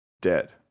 dead